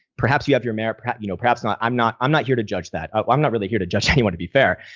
perhaps you have your merit, perhaps you know perhaps not. i'm not i'm not here to judge that, ah i'm not really here to anyone to be fair.